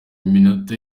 minota